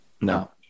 No